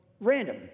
random